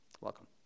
Welcome